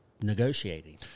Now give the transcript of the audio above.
negotiating